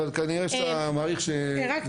אבל אתה יכול כנראה להעריך שהזמן --- שנייה,